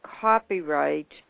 copyright